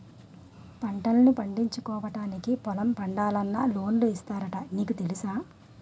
పంటల్ను పండించుకోవడానికి పొలం పండాలన్నా లోన్లు ఇస్తున్నారట నీకు తెలుసా?